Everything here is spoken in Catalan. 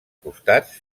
costats